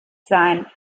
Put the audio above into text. sein